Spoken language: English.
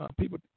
people